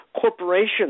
corporations